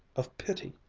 of pity,